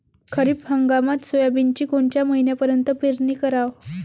खरीप हंगामात सोयाबीनची कोनच्या महिन्यापर्यंत पेरनी कराव?